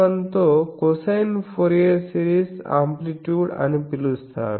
N1 తో cosine Fourier series amplitude అని పిలుస్తారు